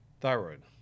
thyroid